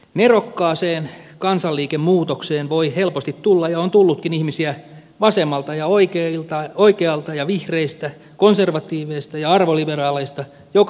nerokkaaseen kansanliikemuutokseen voi helposti tulla ja on tullutkin ihmisiä vasemmalta ja oikealta ja vihreistä konservatiiveista ja arvoliberaaleista joka suunnasta